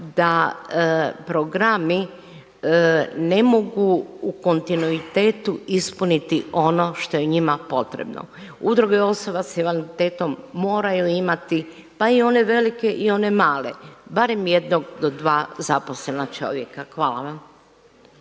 da programi ne mogu u kontinuitetu ispuniti ono što je njima potrebno. Udruge osoba sa invaliditetom moraju imati pa i one velike i one male, barem jednog do dva zaposlena čovjeka. Hvala vam.